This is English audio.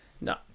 no